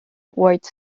white